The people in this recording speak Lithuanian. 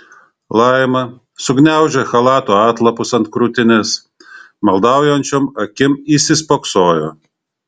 laima sugniaužė chalato atlapus ant krūtinės maldaujančiom akim įsispoksojo